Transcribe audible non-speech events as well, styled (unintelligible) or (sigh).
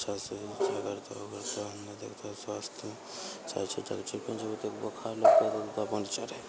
अच्छासँ जे छै ई करता उ करता हमरा देखता स्वास्थ्य अच्छा छै बोखार लगतय (unintelligible)